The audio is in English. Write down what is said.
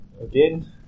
again